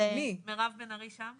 מירב בן ארי שם?